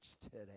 today